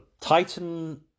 Titan